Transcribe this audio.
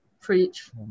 Preach